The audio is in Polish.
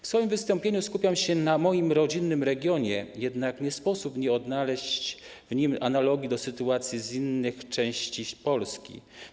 W swoim wystąpieniu skupiam się na moim rodzinnym regionie, jednak nie sposób nie odnaleźć w nim analogii do sytuacji z innych części Polski.